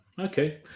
Okay